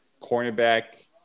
cornerback